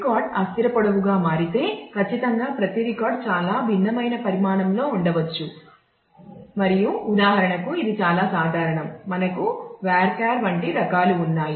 record సంఖ్య ఏమిటి